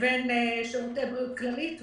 לבין שירותי בריאות כללית.